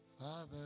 Father